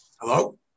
Hello